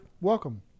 Welcome